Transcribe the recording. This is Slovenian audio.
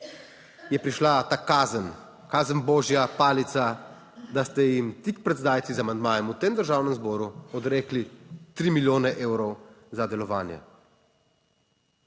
je prišla ta kazen, kazen božja palica, da ste jim tik pred zdajci z amandmajem v tem Državnem zboru odrekli tri milijone evrov **18.